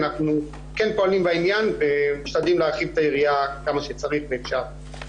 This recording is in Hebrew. אנחנו כן פועלים בעניין ומשתדלים להרחיב את היריעה כמה שצריך ואפשר.